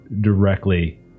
directly